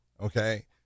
Okay